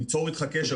ניצור איתך קשר,